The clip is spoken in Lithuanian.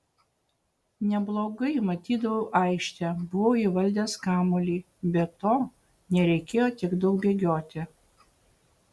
neblogai matydavau aikštę buvau įvaldęs kamuolį be to nereikėjo tiek daug bėgioti